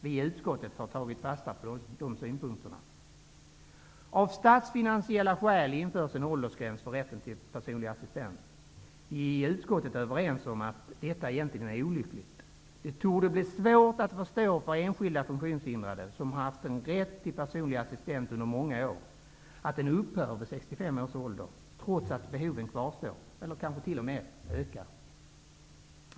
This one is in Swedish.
Vi i utskottet har tagit fasta på dessa synpunkter. Av statsfinansiella skäl införs en åldersgräns för rätten till personlig assistent. Vi i utskottet är överens om att detta är olyckligt. Det torde bli svårt att förstå för enskilda funktionshindrade, som haft en rätt till personlig assistent under många år, att den upphör vid 65 års ålder, trots att behoven kvarstår eller kanske t.o.m. har ökat.